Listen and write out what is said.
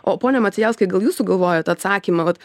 o pone macijauskai gal jūs sugalvojot atsakymą vat